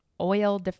oil